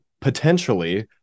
potentially